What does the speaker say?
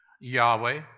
Yahweh